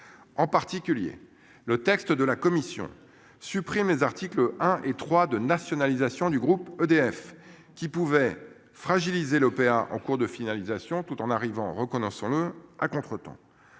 En particulier le texte de la commission supprime les articles 1 et 3 de nationalisation du groupe EDF qui pouvait fragiliser l'OPA en cours de finalisation, tout en arrivant, reconnaissons-le, à contretemps.